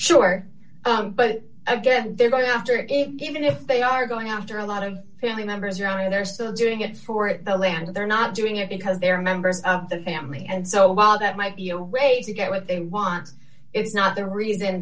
sure but again they're going after it even if they are going after a lot of family members or i mean they're still doing it for the land and they're not doing it because they're members of the family and so while that might be a way to get what they want it's not the reason